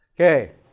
Okay